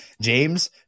James